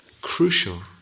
crucial